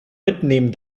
mitnehmen